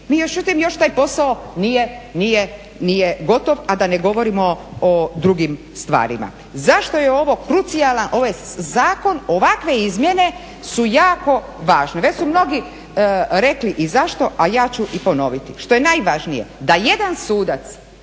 Mi međutim još taj posao nije gotov, a da ne govorimo o drugim stvarima. Zašto je ovo krucijalan, ovo je zakon, ovakve izmjene su jako važne. Već su mnogi rekli i zašto, a ja ću i ponoviti. Što je najvažnije da jedan sudac